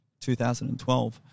2012